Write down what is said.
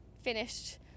finished